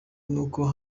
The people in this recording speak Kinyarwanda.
n’uko